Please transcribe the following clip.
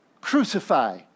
Crucify